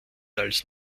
als